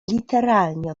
literalnie